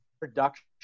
production